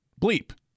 bleep